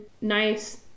nice